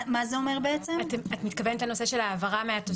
אתה מתכוונת לנושא של העברה מחלק א'?